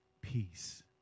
peace